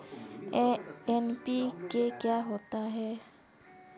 NPK क्या होता है?